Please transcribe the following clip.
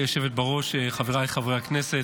גברתי היושבת בראש, חבריי חברי הכנסת,